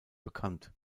bekannt